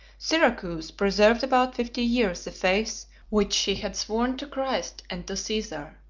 syracuse preserved about fifty years the faith which she had sworn to christ and to caesar.